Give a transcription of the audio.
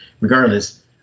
regardless